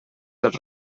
dels